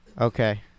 Okay